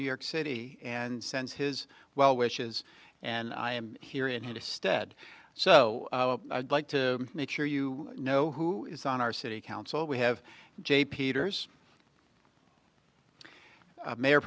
new york city and sends his well wishes and i am here in his stead so like to make sure you know who is on our city council we have jay peters mayor